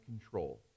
control